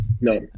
No